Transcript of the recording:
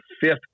fifth